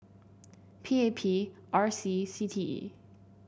P A P R C C T E